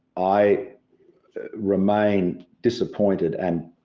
i remained disappointed and,